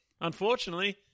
Unfortunately